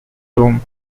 home